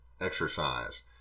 exercise